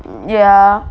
ya